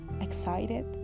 Excited